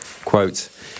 Quote